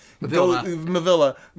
Mavilla